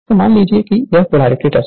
तो मान लीजिए कि यह पोलारिटी टेस्ट है